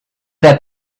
that